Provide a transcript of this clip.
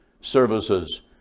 services